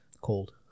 Cold